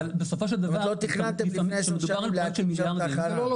עוד לא תכננתם לפני עשר שנים להקים שם תחנה.